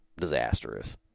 disastrous